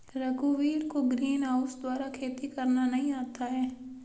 रघुवीर को ग्रीनहाउस द्वारा खेती करना नहीं आता है